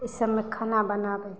ओहि सबमे खाना बनाबै